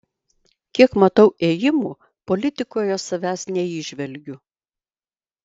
kiek matau ėjimų politikoje savęs neįžvelgiu